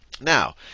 Now